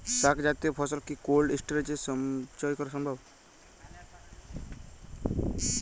শাক জাতীয় ফসল কি কোল্ড স্টোরেজে সঞ্চয় করা সম্ভব?